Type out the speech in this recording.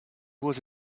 was